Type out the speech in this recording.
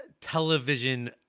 television